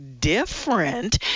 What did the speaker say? different